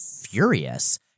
furious